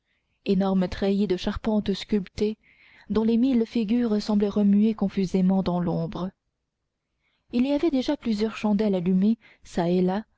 énorme treillis de charpentes sculptées dont les mille figures semblaient remuer confusément dans l'ombre il y avait déjà plusieurs chandelles allumées çà et là